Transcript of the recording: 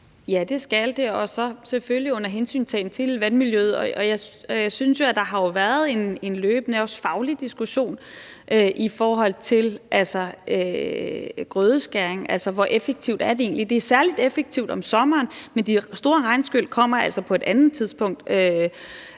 Ja, det skal de – og så selvfølgelig under hensyntagen til vandmiljøet. Og jeg synes jo, der har været en løbende og også faglig diskussion om grødeskæring. Altså, hvor effektivt er det egentlig? Det er særlig effektivt om sommeren, men de store regnskyl kommer altså på et andet tidspunkt,